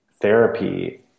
therapy